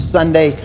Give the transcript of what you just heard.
Sunday